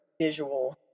visual